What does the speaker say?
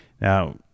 Now